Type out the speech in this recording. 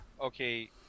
okay